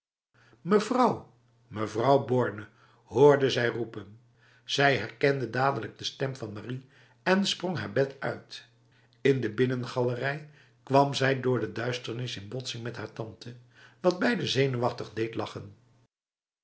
mevrouw mevrouw borne hoorde zij roepen ze herkende dadelijk de stem van marie en sprong haar bed uit in de binnengalerij kwam zij door de duisternis in botsing met haar tante wat beiden zenuwachtig deed lachen